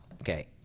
Okay